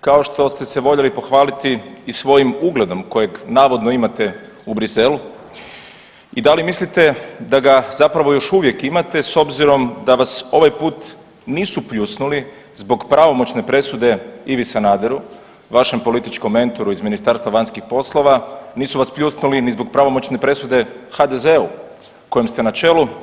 kao što ste se voljeli pohvaliti i svojim ugledom kojeg navodno imate u Bruxellesu i da li mislite da ga zapravo još uvijek imate s obzirom da vas ovaj put nisu pljusnuli zbog pravomoćne presude Ivi Sanaderu vašem političkom mentoru iz MVEP-a, nisu vas pljusnuli ni zbog pravomoćne presude HDZ-u kojem ste na čelu.